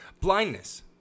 blindness